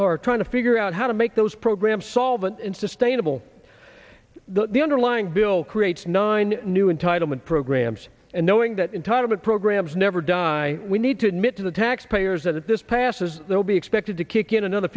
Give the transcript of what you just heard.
are trying to figure out how to make those programs solvent and sustainable that the underlying bill creates nine new entitlement programs and knowing that entitlement programs never die we need to admit to the taxpayers that this passes that would be expected to kick in another